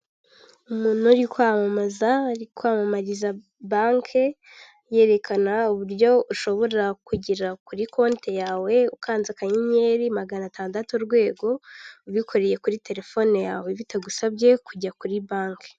Umuntu uri kwamamaza uri kwamamariza banke, yerekana uburyo ushobora kugera kuri konte yawe ukanze akanyeri magana atandatu urwego, ubikoreye kuri telefone yawe bitagusabye kujya kuri banke.